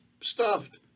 stuffed